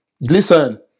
Listen